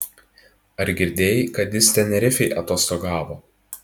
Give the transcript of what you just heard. ar girdėjai kad jis tenerifėj atostogavo